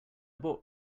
bought